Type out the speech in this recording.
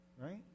Right